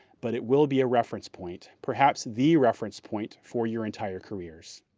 but it will be a reference point, perhaps the reference point for your entire careers.